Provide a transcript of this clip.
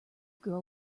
girl